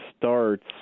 starts